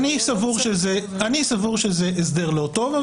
אני סבור שזה הסדר לא טוב,